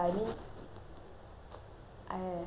uh let me just see what I can do lah